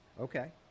Okay